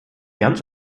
ganz